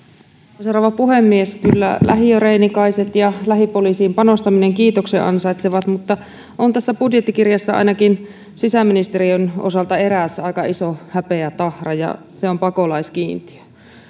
arvoisa rouva puhemies kyllä lähiöreinikaiset ja lähipoliisiin panostaminen kiitoksen ansaitsevat mutta on tässä budjettikirjassa ainakin sisäministeriön osalta eräs aika iso häpeätahra ja se on pakolaiskiintiö